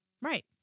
Right